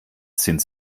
sind